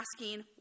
asking